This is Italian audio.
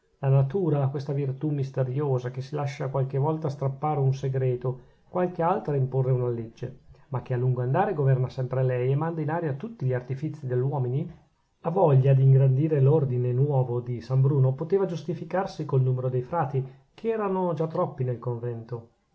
la natura questa virtù misteriosa che si lascia qualche volta strappare un segreto qualche altra imporre una legge ma che a lungo andare governa sempre lei e manda in aria tutti gli artifizi degli uomini la voglia d'ingrandire l'ordine nuovo di san bruno poteva giustificarsi col numero dei frati che erano già troppi nel convento